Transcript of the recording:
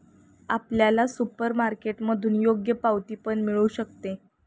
आपल्याला सुपरमार्केटमधून योग्य पावती पण मिळू शकते